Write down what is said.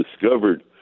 discovered